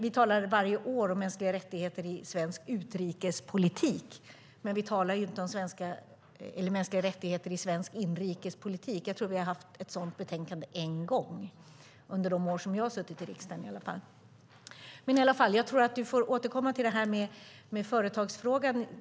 Vi talar varje år om mänskliga rättigheter i svensk utrikespolitik, men vi talar inte om mänskliga rättigheter i svensk inrikespolitik. Jag tror att vi har haft ett sådant betänkande en gång under de år som jag har suttit i riksdagen. Men jag tror att du får återkomma till företagsfrågan.